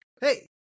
hey